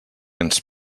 ens